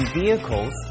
vehicles